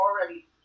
already